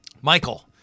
Michael